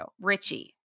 Richie